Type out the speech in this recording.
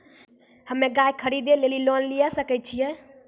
हम्मे गाय खरीदे लेली लोन लिये सकय छियै?